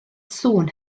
sŵn